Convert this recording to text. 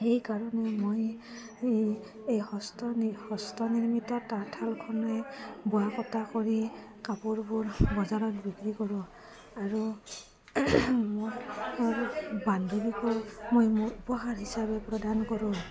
সেইকাৰণে মই এই হস্ত হস্ত নিৰ্মিত তাঁতশালখনে বোৱা কটা কৰি কাপোৰবোৰ বজাৰত বিক্ৰী কৰোঁ আৰু মোৰ বান্ধৱীকো মই মোৰ উপহাৰ হিচাপে প্ৰদান কৰোঁ